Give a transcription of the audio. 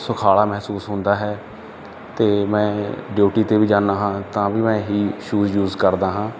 ਸੁਖਾਲਾ ਮਹਿਸੂਸ ਹੁੰਦਾ ਹੈ ਅਤੇ ਮੈਂ ਡਿਊਟੀ 'ਤੇ ਵੀ ਜਾਂਦਾ ਹਾਂ ਤਾਂ ਵੀ ਮੈਂ ਇਹੀ ਸ਼ੂਜ਼ ਯੂਜ ਕਰਦਾ ਹਾਂ